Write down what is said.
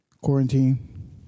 quarantine